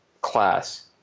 class